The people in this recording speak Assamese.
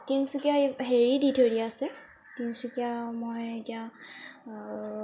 তিনিচুকীয়া হেৰি দি থৈ দিয়া আছে তিনিচুকীয়া মই এতিয়া